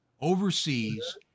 overseas